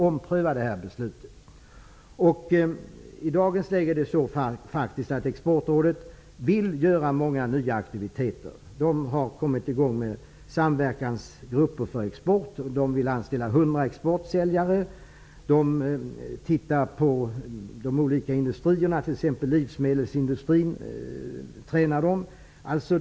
Exportrådet vill i dagens läge starta många nya aktiviteter. Exportrådet har kommit i gång med samverkansgrupper för export och vill anställa 100 exportsäljare. Exportrådet ser över de olika industrierna, t.ex. livsmedelsindustrin, och ger träning.